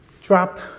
drop